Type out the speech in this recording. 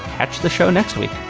catch the show next week